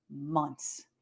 months